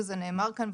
וזה נאמר כאן,